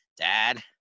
dad